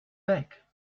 back